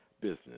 business